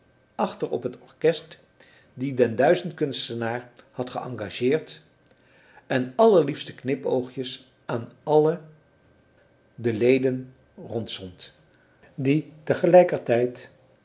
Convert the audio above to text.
achter op het orkest die den duizendkunstenaar had geëngageerd en allerliefste knipoogjes aan alle de leden rondzond die tegelijkertijd